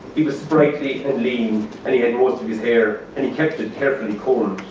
he was spritely and lean, and he had most of his hair. and he kept it carefully combed.